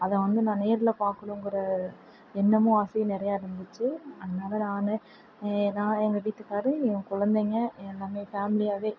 அதை வந்து நான் நேரில் பார்க்கணுங்கற எண்ணமும் ஆசையும் நிறையா இருந்துச்சு அதனாலே நான் நான் எங்கள் வீட்டுக்காரரு என் கொழந்தைங்க எல்லாமே ஃபேமிலியாகவே